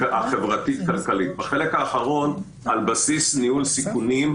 החברתית-כלכלית"; בחלק האחרון "על בסיס ניהול סיכונים",